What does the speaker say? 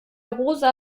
rosa